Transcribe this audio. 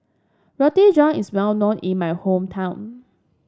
Roti John is well known in my hometown